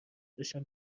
داشتم